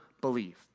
believe